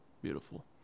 beautiful